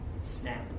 snap